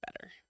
better